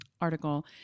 article